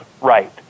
right